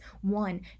one